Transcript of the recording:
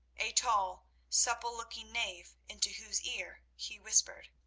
a tall, supple-looking knave, into whose ear he whispered.